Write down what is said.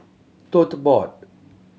Tote Board